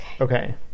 Okay